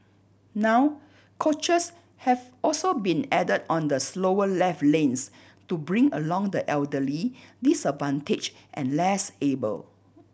now coaches have also been added on the slower left lanes to bring along the elderly disadvantaged and less able